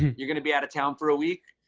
you're going to be out of town for a week.